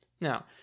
Now